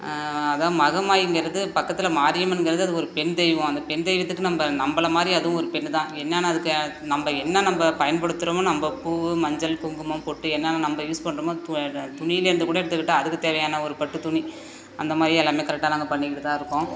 அதுதான் மகமாயிங்கறது பக்கத்தில் மாரியம்மனுங்கிறது அது ஒரு பெண் தெய்வம் அந்த பெண் தெய்வத்துக்கு நம்ம நம்மள மாதிரி அதுவும் ஒரு பெண் தான் என்னன்ன அதுக்கு நம்ப என்ன நம்ம பயன்படுத்துகிறமோ நம்ம பூ மஞ்சள் குங்குமம் பொட்டு என்னன்ன நம்ம யூஸ் பண்றோமோ து துணிலேருந்து கூட எடுத்துக்கிட்டால் அதுக்கு தேவையான ஒரு பட்டு துணி அந்த மாதிரி எல்லாமே கரெக்டாக நாங்கள் பண்ணிக்கிட்டு தான் இருக்கோம்